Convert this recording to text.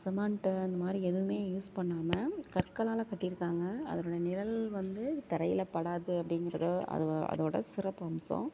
cement அந்த மாதிரி எதுவுமே யூஸ் பண்ணாமல் கற்களால் கட்டிருக்காங்க அதனோட நிழல் வந்து தரையில் படாது அப்படிங்கிறது அதுவ அதோடய சிறப்பம்சம்